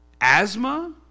Asthma